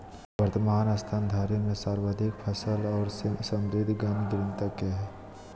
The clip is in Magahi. वर्तमान स्तनधारी में सर्वाधिक सफल और समृद्ध गण कृंतक के हइ